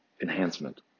enhancement